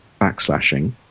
backslashing